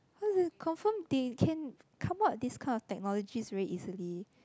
how do you confirm they can come out this kind of technologies very easily